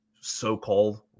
so-called